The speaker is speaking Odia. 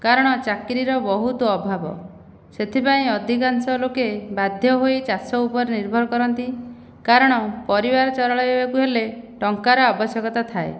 କାରଣ ଚାକିରିର ବହୁତ ଅଭାବ ସେଇଥିପାଇଁ ଅଧିକାଂଶ ଲୋକେ ବାଧ୍ୟ ହୋଇ ଚାଷ ଉପରେ ନିର୍ଭର କରନ୍ତି କାରଣ ପରିବାର ଚଳେଇବାକୁ ହେଲେ ଟଙ୍କାର ଆବଶ୍ୟକତା ଥାଏ